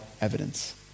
evidence